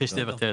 תחילה2.